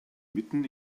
mitten